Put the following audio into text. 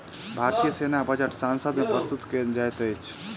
भारतीय सेना बजट संसद मे प्रस्तुत कयल जाइत अछि